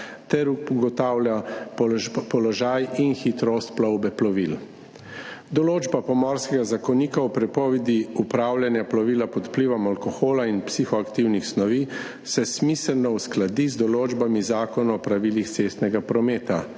ter ugotavlja položaj in hitrost plovbe plovil. Določba Pomorskega zakonika o prepovedi upravljanja plovila pod vplivom alkohola in psihoaktivnih snovi se smiselno uskladi z določbami Zakona o pravilih cestnega prometa.